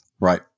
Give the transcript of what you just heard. Right